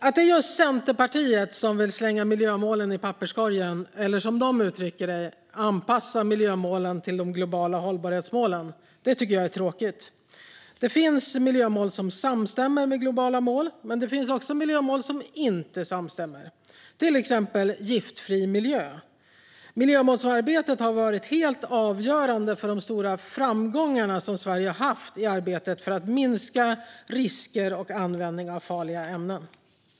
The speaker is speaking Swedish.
Att det är just Centerpartiet som vill slänga miljömålen i papperskorgen, eller, som de uttrycker det, anpassa miljömålen till de globala hållbarhetsmålen, tycker jag är tråkigt. Det finns miljömål som samstämmer med globala mål, men det finns också miljömål som inte samstämmer, till exempel Giftfri miljö. Miljömålsarbetet har varit helt avgörande för de stora framgångar som Sverige har haft i arbetet för att minska risker och användning av farliga ämnen.